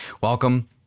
welcome